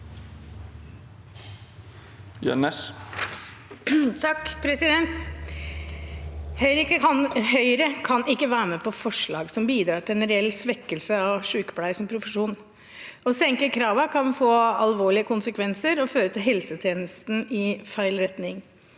Høyre kan ikke være med på forslag som bidrar til en reell svekkelse av sykepleie som profesjon. Å senke kravene kan få alvorlige konsekvenser og føre helsetjenesten i feil retning.